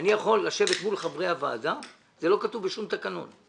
שאני יכול לשבת מול חברי הוועדה זה לא כתוב בשום תקנון,